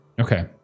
Okay